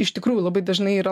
iš tikrųjų labai dažnai yra